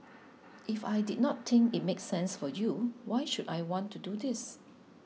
if I did not think it make sense for you why should I want to do this